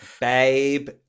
Babe